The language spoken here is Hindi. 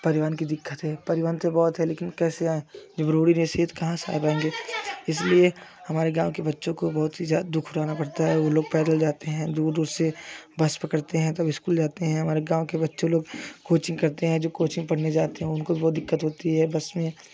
परिवहन की दिक्कत है परिवहन तो बहुत है लेकिन कैसे आएँ जब रोड ही नहीं सही है तो कहाँ से आएँगे इसलिए हमारे गाँव के बच्चों को बहुत ही ज्यादा दुख उठाना पड़ता है वो लोग पैदल जाते हैं दूर दूर से बस पकड़ते हैं तब स्कूल जाते हैं हमारे गाँव के बच्चे लोग कोचिंग करते हैं जो कोचिंग पढ़ने जाते हैं उनको भी बहुत दिक्कत होती है बस में